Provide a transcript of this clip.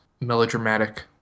melodramatic